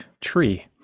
tree